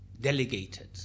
delegated